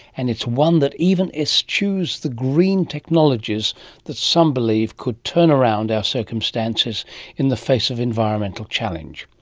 and it's one that even eschews the green technologies that some believe could turn around our circumstances in the face of environmental challenge.